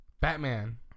Batman